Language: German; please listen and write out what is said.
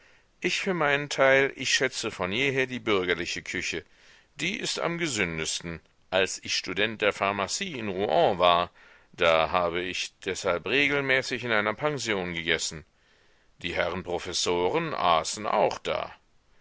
ich für meinen teil ich schätze von jeher die bürgerliche küche die ist am gesündesten als ich stud pharm in rouen war da habe ich deshalb regelmäßig in einer pension gegessen die herren professoren aßen auch da